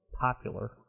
popular